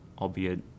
albeit